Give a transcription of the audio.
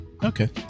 Okay